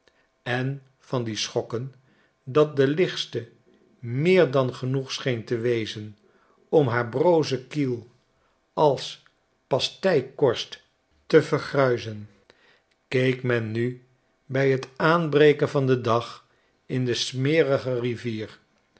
en van die schokken dat de lichtste meer dan genoeg scheen te wezen om haar broze kiel als pasteikorst te vergruizen keek men nu bij t aanbreken van den dag in de smerige rivier